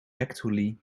actually